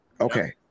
Okay